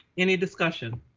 any discussion?